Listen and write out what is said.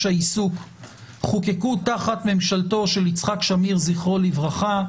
העיסוק חוקקו תחת ממשלתו של יצחק שמיר זכרו לברכה,